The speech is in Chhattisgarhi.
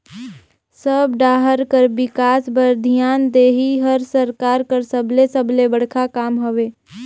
सब डाहर कर बिकास बर धियान देहई हर सरकार कर सबले सबले बड़खा काम हवे